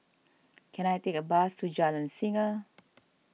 can I take a bus to Jalan Singa